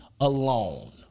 alone